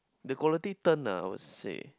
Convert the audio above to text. the quality turn ah I would say